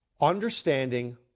understanding